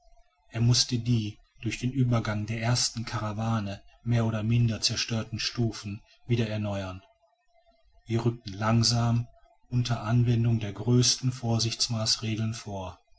er mußte die durch den uebergang der ersten karawane mehr oder minder zerstörten stufen wieder erneuern wir rückten langsam unter anwendung der größten vorsichtsmaßregeln vor